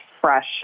fresh